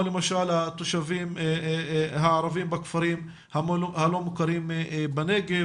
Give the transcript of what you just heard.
למשל התושבים הערבים בכפרים הלא-מוכרים בנגב,